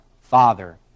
Father